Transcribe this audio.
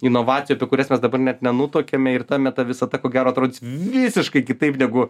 inovacijų kurias mes dabar net nenutuokiame ir ta meta visata ko gero atrodys visiškai kitaip negu